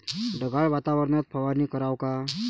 ढगाळ वातावरनात फवारनी कराव का?